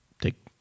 take